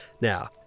Now